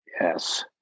Yes